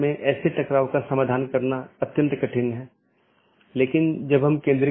दो त्वरित अवधारणाऐ हैं एक है BGP एकत्रीकरण